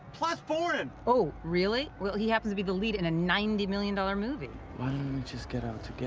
plus foreign! oh, really. well, he happens to be the lead in a ninety million dollar movie. why don't we just get out together?